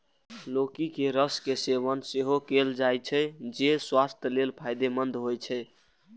लौकी के रस के सेवन सेहो कैल जाइ छै, जे स्वास्थ्य लेल फायदेमंद होइ छै